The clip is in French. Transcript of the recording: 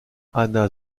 anna